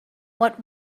what